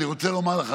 אני רוצה לומר לך,